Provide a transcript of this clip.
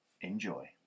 enjoy